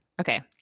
Okay